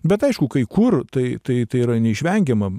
bet aišku kai kur tai tai tai yra neišvengiama